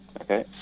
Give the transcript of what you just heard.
Okay